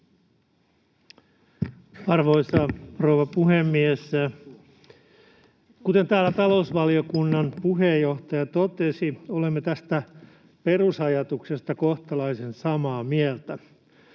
Arvoisa rouva puhemies! Kuten talousvaliokunnan puheenjohtaja totesi, olemme tästä perusajatuksesta kohtalaisen samaa mieltä: